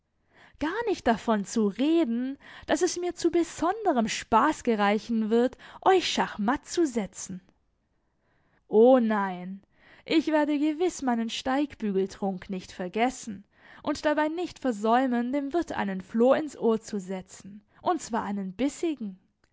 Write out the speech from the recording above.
gar nicht davon zu reden daß es mir zu besonderem spaß gereichen wird euch schachmatt zu setzen o nein ich werde gewiß meinen steigbügeltrunk nicht vergessen und dabei nicht versäumen dem wirt einen floh ins ohr zu setzen und zwar einen bissigen